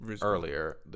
earlier